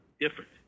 different